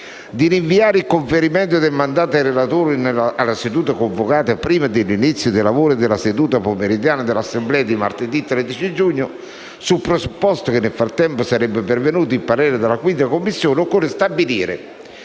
di rinviare il conferimento del mandato ai relatori alla seduta convocata prima dell'inizio dei lavori della seduta pomeridiana dell'Assemblea di martedì 13 giugno, sul presupposto che nel frattempo sarebbe pervenuto il parere della 5a Commissione, occorre stabilire